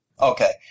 Okay